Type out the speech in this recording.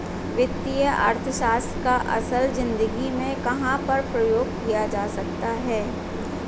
वित्तीय अर्थशास्त्र का असल ज़िंदगी में कहाँ पर प्रयोग किया जा सकता है?